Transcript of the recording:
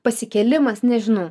pasikėlimas nežinau